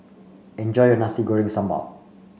enjoy your Nasi Goreng Sambal